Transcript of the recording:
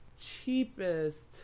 cheapest